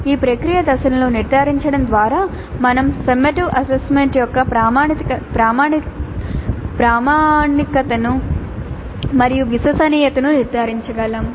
ఈ ప్రక్రియ దశలను నిర్ధారించడం ద్వారా మేము సమ్మటివ్ అసెస్మెంట్ యొక్క ప్రామాణికతను మరియు విశ్వసనీయతను నిర్ధారించగలము